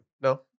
no